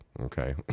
Okay